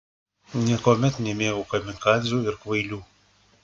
niekuomet nemėgau kamikadzių ir kvailių